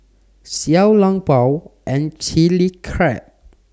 Xiao Long Bao and Chilli Crab